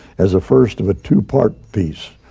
as the first of a two-part piece.